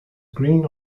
green